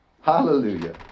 Hallelujah